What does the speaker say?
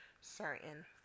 certain